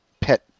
pet